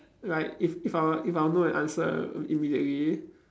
like if if I were if I were to know the answer immediately